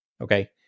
Okay